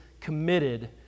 committed